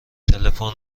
تلفن